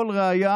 כל ראיה,